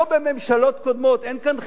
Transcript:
כמו בממשלות קודמות, אין כאן חידוש,